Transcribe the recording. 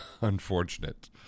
unfortunate